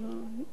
היא הנותנת,